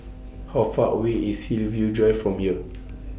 How Far away IS Hillview Drive from here